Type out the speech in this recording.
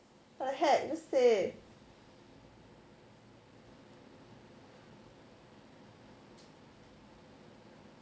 what the heck just say